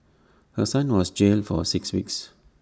her son was jailed for six weeks